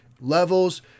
levels